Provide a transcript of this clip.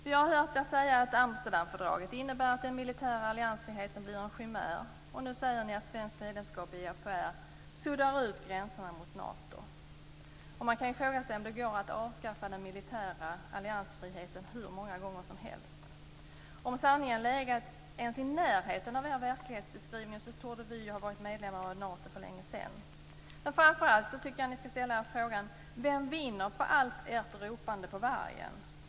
Vi har hört er säga att Amsterdamfördraget innebär att den militära alliansfriheten blir en chimär, och nu säger ni att ett svenskt medlemskap i EAPR suddar ut gränserna mot Nato. Man kan ju fråga sig om det går att avskaffa den militära alliansfriheten hur många gånger som helst. Om sanningen legat ens i närheten av er verklighetsbeskrivning torde vi ha varit medlemmar av Nato för länge sedan. Men framför allt tycker jag att ni skall ställa er frågan: Vem vinner på allt ert ropande på vargen?